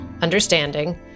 understanding